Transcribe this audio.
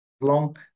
long